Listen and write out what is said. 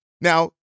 Now